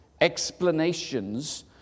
explanations